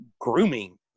grooming